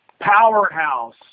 powerhouse